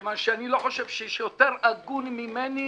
כיוון שאני לא חושב שיש יותר הגון ממני